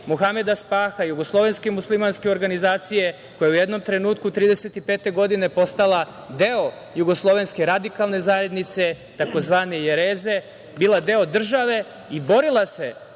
Muhameda Spaha, Jugoslovenske muslimanske organizacije koja je u jednom trenutku, 1935. godine, postala deo Jugoslovenske radikalne zajednice, tzv. „Jereze“, bila deo države i borila se